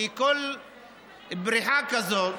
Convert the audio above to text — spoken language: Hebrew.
כי כל בריחה כזאת,